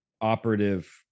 operative